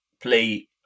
play